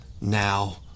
now